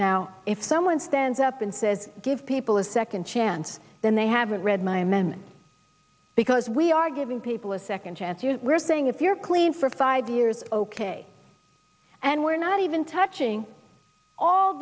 now if someone stands up and says give people a second chance then they haven't read my memon because we are giving people a second chance you were saying if you're clean for five years ok and we're not even touching all